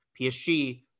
PSG